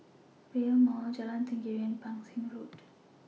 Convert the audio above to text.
Rail Mall Jalan Tenggiri and Pang Seng Road